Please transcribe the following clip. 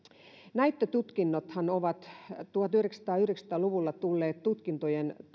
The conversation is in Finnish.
näyttötutkinnothan ovat tuhatyhdeksänsataayhdeksänkymmentä luvulla tullut tutkintojen